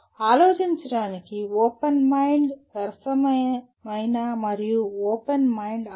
ఆలోచించటానికి open mind సరసమైన మరియు open mind అవసరం